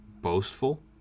boastful